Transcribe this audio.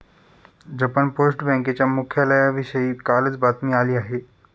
Japan post बँकेच्या मुख्यालयाविषयी कालच बातमी आली आहे